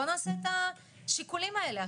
בואו נעשה את השיקולים האלה.